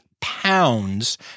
pounds